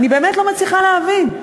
אני באמת לא מצליחה להבין.